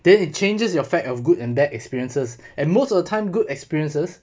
then it changes your fact of good and bad experiences and most of the time good experiences